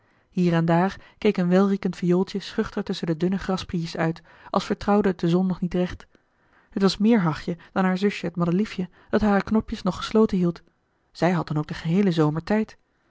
hier en daar keek een welriekend viooltje schuchter tusschen de dunne grassprietjes uit als vertrouwde het de zon nog niet recht het was meer hachje dan haar zusje het madeliefje dat hare knopjes nog gesloten hield zij had ook den geheelen